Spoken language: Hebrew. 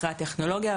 אחרי הטכנולוגיה,